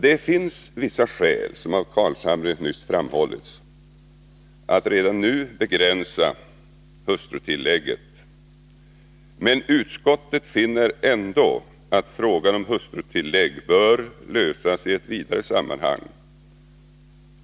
Det finns vissa skäl, som Nils Carlshamre just framhållit, att redan nu begränsa hustrutillägget, men utskottet finner ändå att frågan om hustrutilllägg bör lösas i ett vidare sammanhang.